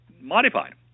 modified